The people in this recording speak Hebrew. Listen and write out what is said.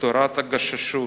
תורת הגששות,